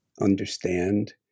understand